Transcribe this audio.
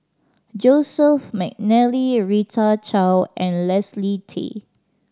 Joseph McNally Rita Chao and Leslie Tay